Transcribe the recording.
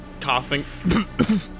coughing